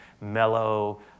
mellow